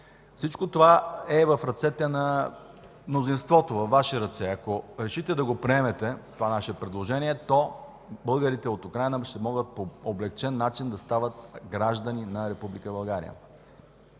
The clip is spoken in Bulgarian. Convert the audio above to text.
Всичко това е в ръцете на мнозинството – във Ваши ръце, ако решите да приемете това наше предложение, то българите от Украйна ще могат по облекчен начин да стават граждани на